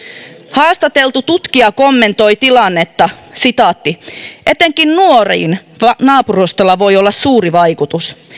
haastateltu tutkija kommentoi tilannetta etenkin nuoriin naapurustolla voi olla suuri vaikutus